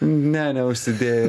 ne neužsidėjo